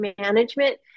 management